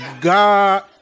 God